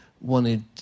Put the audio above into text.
wanted